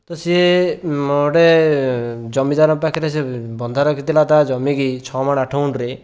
ତ ସେ ଗୋଟେ ଜମିଦାରଙ୍କ ପାଖରେ ସେ ବନ୍ଧା ରଖିଥିଲା ତା ଜମିକୁ ଛ'ମାଣ ଆଠ ଗୁଣ୍ଠରେ